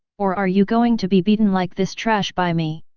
or are you going to be beaten like this trash by me?